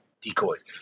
decoys